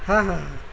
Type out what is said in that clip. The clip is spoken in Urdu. ہاں ہاں